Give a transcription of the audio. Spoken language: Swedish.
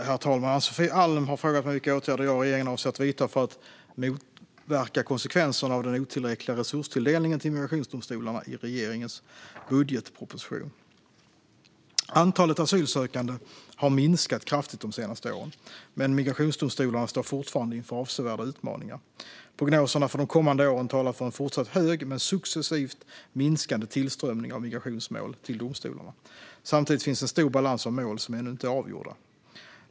Herr talman! Ann-Sofie Alm har frågat mig vilka åtgärder jag och regeringen avser att vidta för att motverka konsekvenserna av den otillräckliga resurstilldelningen till migrationsdomstolarna i regeringens budgetproposition. Antalet asylsökande har minskat kraftigt de senaste åren, men migrationsdomstolarna står fortfarande inför avsevärda utmaningar. Prognoserna för de kommande åren talar för en fortsatt hög men successivt minskande tillströmning av migrationsmål till domstolarna. Samtidigt finns en stor balans av mål som ännu inte är avgjorda.